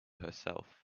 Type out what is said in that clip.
herself